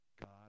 God